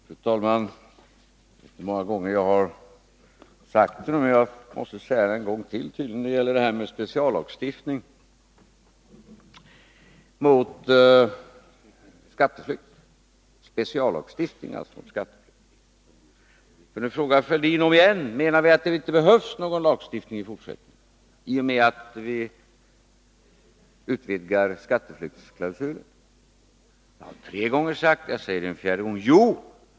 Fru talman! Jag har tre gånger förut sagt, men jag måste tydligen säga det en fjärde gång, för nu frågar Thorbjörn Fälldin om igen om vi menar att det inte behövs någon speciallagstiftning mot skatteflykt i och med att vi utvidgar skatteflyktsklausulen: Jo, det behövs speciallagstiftning.